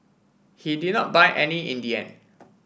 he did not buy any in the end